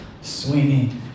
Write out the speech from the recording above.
Sweeney